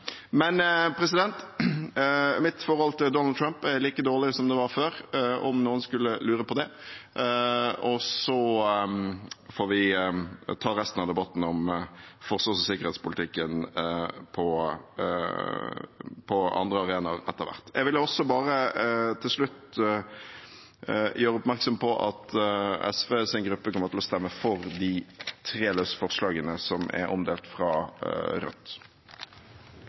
Mitt forhold til Donald Trump er like dårlig som det var før, om noen skulle lure på det. Så får vi ta resten av debatten om forsvars- og sikkerhetspolitikken på andre arenaer etter hvert. Til slutt vil jeg gjøre oppmerksom på at SVs gruppe kommer til å stemme for de tre løse forslagene fra Rødt, som er omdelt.